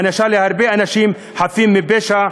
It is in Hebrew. ענישה של הרבה אנשים חפים מפשע,